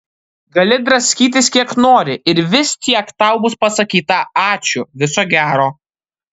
gali draskytis kiek nori ir vis tiek tau bus pasakyta ačiū viso gero